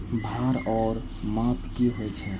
भार ओर माप की होय छै?